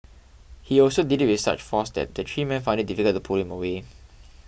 he also did it with such force that the three men found it difficult to pull him away